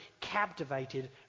captivated